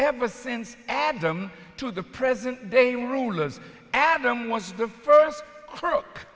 ever since adam to the present day rulers adam was the first croak